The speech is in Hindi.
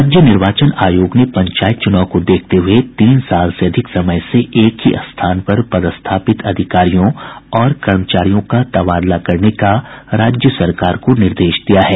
राज्य निर्वाचन आयोग ने पंचायत चुनाव को देखते हुए तीन साल से अधिक समय से एक ही स्थान पर पदस्थापित अधिकारियों और कर्मचारियों का तबादला करने का राज्य सरकार को निर्देश दिया है